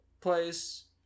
place